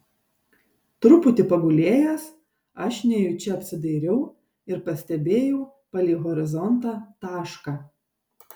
truputį pagulėjęs aš nejučia apsidairiau ir pastebėjau palei horizontą tašką